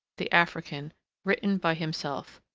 the african written by himself.